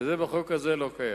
ובחוק הזה זה לא קיים.